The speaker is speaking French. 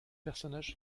personnages